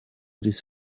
this